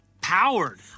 Powered